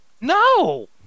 No